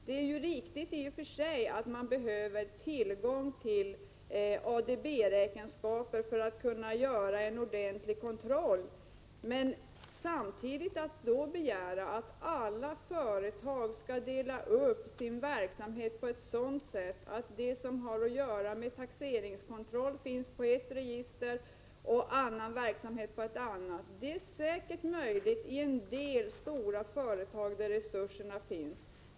Det är i och för sig riktigt att man behöver tillgång till ADB-räkenskaper för att kunna göra en ordentlig kontroll. Att samtidigt begära att alla företag skall dela upp sin verksamhet på ett sådant sätt att det som har att göra med taxeringskontroll finns på ett register och annan verksamhet på ett annat är säkert möjligt i en del stora företag där resurserna finns.